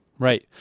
Right